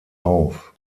auf